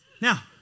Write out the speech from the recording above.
Now